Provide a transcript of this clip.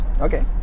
Okay